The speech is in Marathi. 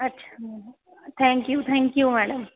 अच्छा thank you thank you madam